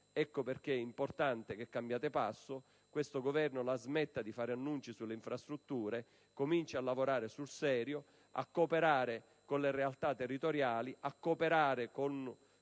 Ecco perché è importante che cambiate passo. Questo Governo la smetta di fare annunci sulle infrastrutture: cominci a lavorare sul serio, a cooperare con le realtà territoriali, con le Regioni.